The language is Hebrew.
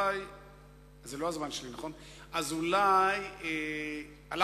אז אולי,